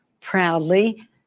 Proudly